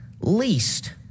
least